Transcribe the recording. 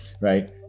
right